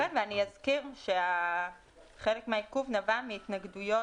אני אזכיר שחלק מהעיכוב נבע מהתנגדויות.